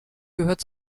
gehört